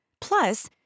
Plus